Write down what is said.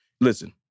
Listen